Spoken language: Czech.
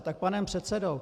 Tak panem předsedou.